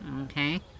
Okay